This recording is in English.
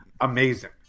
amazing